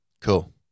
Cool